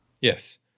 Yes